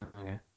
Okay